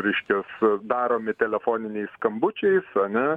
reiškias daromi telefoniniais skambučiais ane